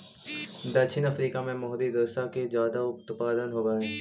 दक्षिण अफ्रीका में मोहरी रेशा के ज्यादा उत्पादन होवऽ हई